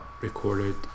recorded